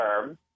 term